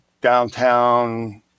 downtown